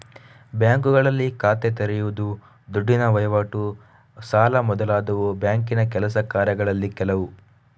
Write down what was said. ಬ್ಯಾಂಕುಗಳಲ್ಲಿ ಖಾತೆ ತೆರೆಯುದು, ದುಡ್ಡಿನ ವೈವಾಟು, ಸಾಲ ಮೊದಲಾದವು ಬ್ಯಾಂಕಿನ ಕೆಲಸ ಕಾರ್ಯಗಳಲ್ಲಿ ಕೆಲವು